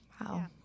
Wow